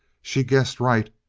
she guessed right.